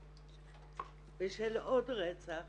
בשל עוד רצח